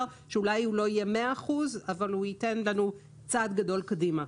שאולי הוא לא יהיה 100 אחוזים אבל הוא ייתן לנו צעד גדול קדימה.